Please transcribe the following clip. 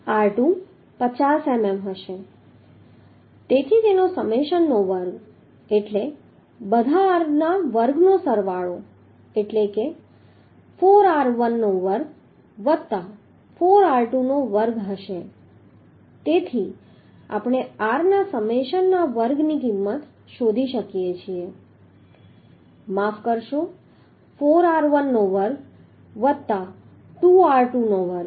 r2 50 મીમી હશે તેથી તેનો સમેશનનો વર્ગ એટલે બધા r વર્ગનો સરવાળો એટલે કે 4r1 નો વર્ગ વત્તા 4r2 નો વર્ગ હશે તેથી આપણે r ના સમેશનના વર્ગની કિંમત શોધી શકીએ માફ કરશો 4r1 નો વર્ગ વત્તા 2r2 નો વર્ગ